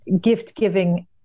gift-giving